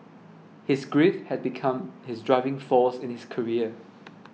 his grief had become his driving force in his career